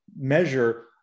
measure